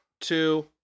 two